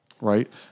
right